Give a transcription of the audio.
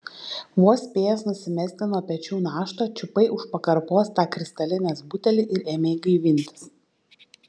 vos spėjęs nusimesti nuo pečių naštą čiupai už pakarpos tą kristalinės butelį ir ėmei gaivintis